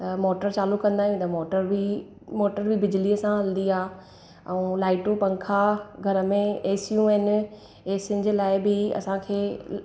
त मोटर चालू कंदा आहियूं त मोटर बि मोटर बि बिजलीअ सां हलंदी आहे ऐं लाइटूं पंखा घर में एसियूं आहिनि एसिनि जे लाइ बि असांखे